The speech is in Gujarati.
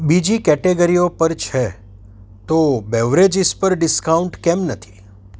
બીજી કેટેગરીઓ પર છે તો બેવરેજીસ પર ડિસ્કાઉન્ટ કેમ નથી